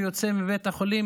והוא יוצא מבית חולים.